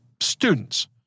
students